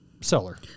seller